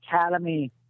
Academy